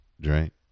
drink